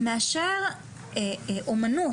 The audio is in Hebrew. מאשר אומנות.